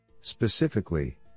Specifically